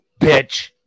bitch